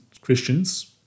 Christians